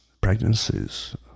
pregnancies